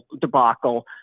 debacle